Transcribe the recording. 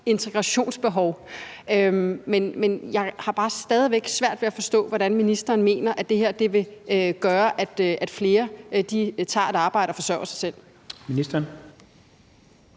integrationsbehov. Men jeg har bare stadig væk svært ved at forstå, hvordan ministeren kan mene, at det her vil gøre, at flere tager et arbejde og forsørger sig selv.